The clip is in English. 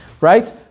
right